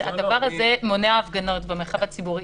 הדבר הזה מונע הפגנות במחאות הציבוריות,